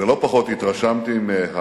ולא פחות התרשמתי לא